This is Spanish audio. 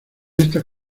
estas